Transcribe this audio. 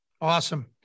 Awesome